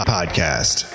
Podcast